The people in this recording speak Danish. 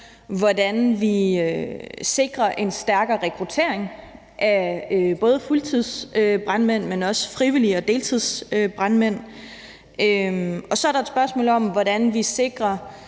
hvordan vi sikrer en stærkere rekruttering både af fuldtidsbrandmænd, men også af frivillige brandmænd og deltidsbrandmænd, og så er der et spørgsmål om, hvordan vi sikrer,